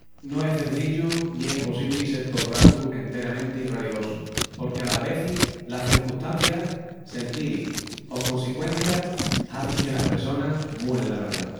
No es çencillu ni es possibri sel tol ratu enteramenti ralidosu, porque alas vezis las cencustancias, sentiris o consicuencias hazin que las pressonas múen la verdá.